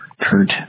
Kurt